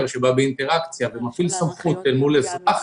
שבא באינטראקציה ומפעיל סמכות אל מול אזרח,